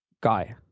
guy